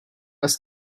als